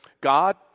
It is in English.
God